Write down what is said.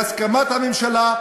בהסכמת הממשלה,